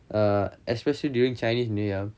err especially during chinese new year